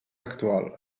actual